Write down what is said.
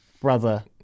brother